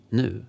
nu